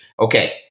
Okay